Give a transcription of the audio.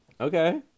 okay